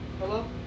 Hello